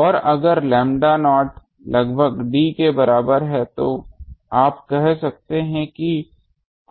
और अगर lambda nought लगभग d के बराबर है तो आप कह सकते हैं कि